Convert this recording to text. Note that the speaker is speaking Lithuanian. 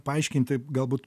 paaiškinti galbūt